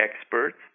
experts